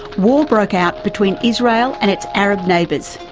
war broke out between israel and its arab neighbours,